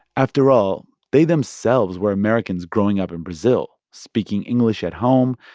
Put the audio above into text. after all, they themselves were americans growing up in brazil speaking english at home,